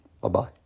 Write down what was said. Bye-bye